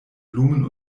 blumen